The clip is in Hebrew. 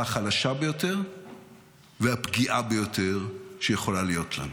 החלשה ביותר והפגיעה ביותר שיכולה להיות לנו.